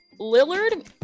Lillard